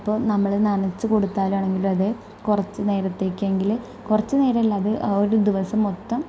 അപ്പം നമ്മൾ നനച്ച് കൊടുത്താലാണെങ്കിലും അത് കുറച്ച് നേരത്തേക്കെങ്കിലും കുറച്ച് നേരമെല്ലാം അത് ആ ഒരു ദിവസം മൊത്തം